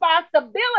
responsibility